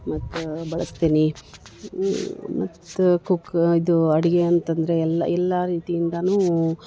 ಮತ್ತು ಬಳಸ್ತೀನಿ ಮತ್ತು ಕುಕ್ ಇದು ಅಡ್ಗೆ ಅಂತ ಅಂದ್ರೆ ಎಲ್ಲ ಎಲ್ಲ ರೀತಿಯಿಂದಲೂ